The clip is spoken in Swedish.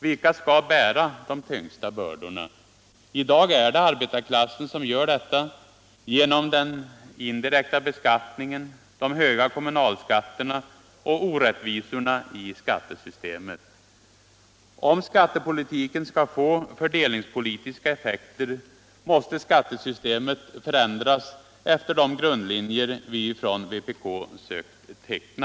Vilka skall bära de tyngsta bördorna? I dag är det arbetarklassen som gör detta genom den indirekta beskattningen, de höga kommunalskatterna och orättvisorna i skattesystemet. Om skat Allmänpolitisk debatt Allmänpolitisk debatt tepolitiken skall få fördelningspolitiska effekter måste skattesystemet förändras efter de grundlinjer vi från vpk sökt teckna.